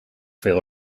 veel